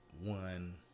one